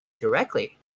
directly